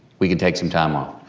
we can take some time off.